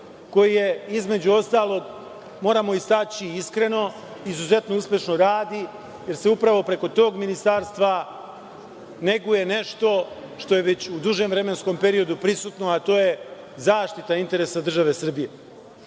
koje, između ostalog, moramo istaći iskreno, izuzetno uspešno radi, jer se upravo preko tog ministarstva neguje nešto što je već u dužem vremenskom periodu prisutno, a to je zaštita interesa države Srbije.O